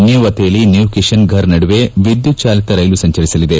ನ್ನೂ ಅತೆಲಿ ನ್ನೂ ಕಿಶನ್ ಫರ್ ನಡುವೆ ವಿದ್ಯುತ್ ಚಾಲಿತ ರೈಲು ಸಂಚರಿಸಲಿದೆ